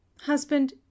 husband